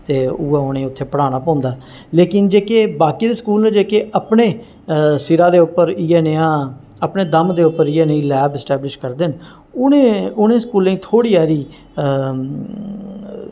ते उ'ऐ उ'नेंगी उत्थें पढ़ाना पौंदा लेकिन जेह्के बाकी दे स्कूल न जेह्के अपने सिरा दे उप्पर इ'यै नेहा अपने दम दे उप्पर इ'यै नेही लैब इस्टैबलिश करदे न उ'नें उ'नें स्कूलें गी थोह्ड़ी हारी